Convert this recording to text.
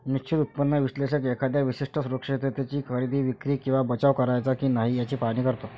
निश्चित उत्पन्न विश्लेषक एखाद्या विशिष्ट सुरक्षिततेची खरेदी, विक्री किंवा बचाव करायचा की नाही याचे पाहणी करतो